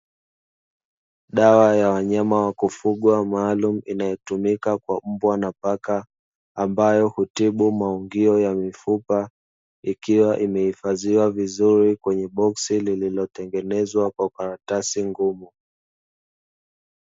Dawa ya wanyama wa kufugwa maalumu, inayotumika kwa mbwa na paka, ambayo hutibu maungio ya mifupa, ikiwa imehifadhiwa vizuri kwenye boksi lililotengenezwa kwa karatasi ngumu.